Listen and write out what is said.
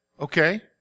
Okay